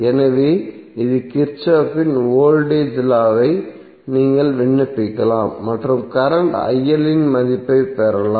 எனவே இது கிர்ச்சோஃப்பின் வோல்டேஜ் லாKirchhoff's voltage law வை நீங்கள் விண்ணப்பிக்கலாம் மற்றும் கரண்ட் இன் மதிப்பைப் பெறலாம்